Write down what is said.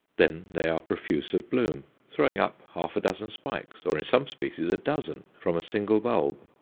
then, they are profuse of bloom, throwing up half a dozen spikes, or, in some species, a dozen, from a single bulb,